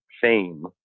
fame